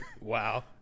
Wow